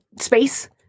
space